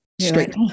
straight